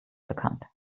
bekannt